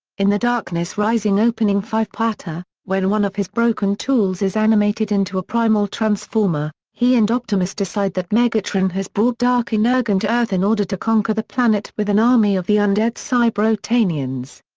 in the darkness rising opening five-parter, when one of his broken tools is animated into a primal transformer, he and optimus decide that megatron has brought dark energon to earth in order to conquer the planet with an army of the undead cybrotanians.